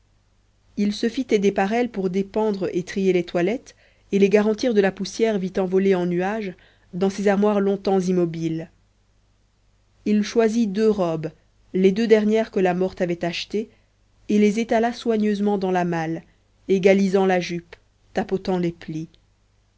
il se fit aider par elle pour dépendre et trier les toilettes et les garantir de la poussière vite envolée en nuages dans ces armoires longtemps immobiles il choisit deux robes les deux dernières que la morte avait achetées et les étala soigneusement dans la malle égalisant la jupe tapotant les plis